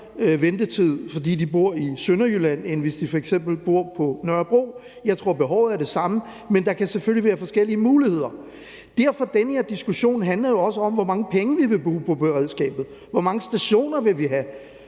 ventetid, fordi de bor i Sønderjylland, end hvis de f.eks. bor på Nørrebro. Jeg tror, at behovet er det samme, men der kan selvfølgelig være forskellige muligheder. Derfor handler den her diskussion jo også om, hvor mange penge vi vil bruge på beredskabet. Hvor mange stationer vil vi have?